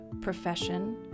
profession